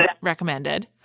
recommended